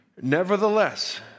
Nevertheless